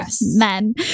men